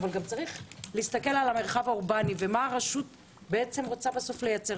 אבל צריך גם להסתכל על המרחב האורבני ומה הרשות בסוף בעצם רוצה לייצר,